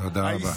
תודה רבה.